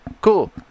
Cool